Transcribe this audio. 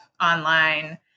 online